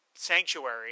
Sanctuary